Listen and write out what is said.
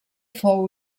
fou